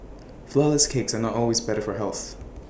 Flourless Cakes are not always better for health